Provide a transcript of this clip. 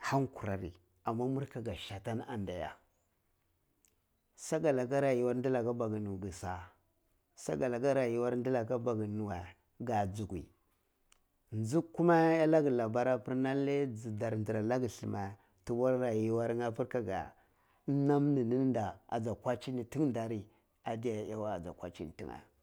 han kurari amma mur kaga satan anda iya sakola rayuwar dilako maggi nuwe gi sa’a sakala rayuwar dilaka ba gi nu we ga ju kuyi nji kuma iya la giya labar appir nanle dar dara lagan lima tubwar rayuwar nye appir kega nara ni ni da ka ja kwajina tini nye dari ade ta iya we.